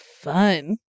fun